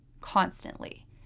Constantly